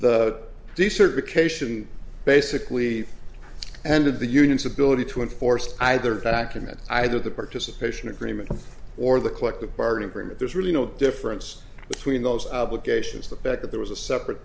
the decertification basically ended the union's ability to enforce either document either the participation agreement or the collective bargaining agreement there's really no difference between those obligations the back of there was a separate